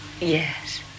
Yes